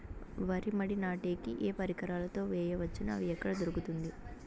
వరి మడి నాటే కి ఏ పరికరాలు తో వేయవచ్చును అవి ఎక్కడ దొరుకుతుంది?